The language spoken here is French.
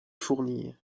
fournies